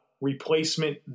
replacement